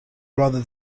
rather